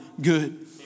good